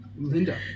linda